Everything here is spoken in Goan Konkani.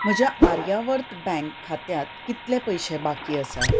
म्हज्या आर्यावर्त बँक खात्यांत कितले पयशे बाकी आसा